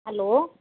hello